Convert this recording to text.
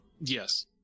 yes